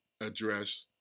address